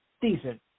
Decent